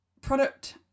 product